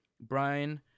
Brian